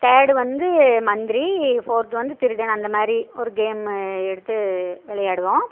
third வந்து மந்திரி fourth வந்து திருடன் அந்த மாதிரி ஒரு கேமு எடுத்து விளையாடுவோம்